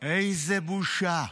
איזה בושה.